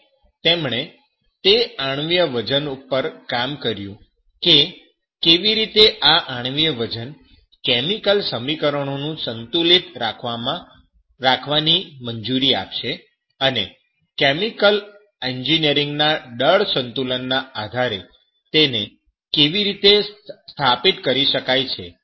અને તેમણે તે આણ્વીય વજન પર કામ કર્યું કે કેવી રીતે આ આણ્વીય વજન કેમિકલ સમીકરણો ને સંતુલિત રાખવાની મંજૂરી આપશે અને કેમિકલ એન્જિનિયરિંગના દળ સંતુલન ના આધારે તેને કેવી રીતે સ્થાપિત કરી શકાય છે